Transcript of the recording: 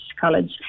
College